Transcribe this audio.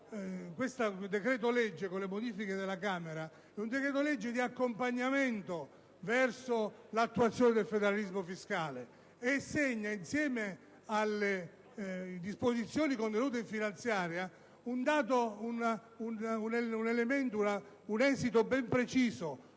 Questo decreto-legge, con le modifiche apportate dalla Camera dei deputati, è di accompagnamento verso l'attuazione del federalismo fiscale e segna, insieme alle disposizioni contenute in finanziaria, un elemento ben preciso,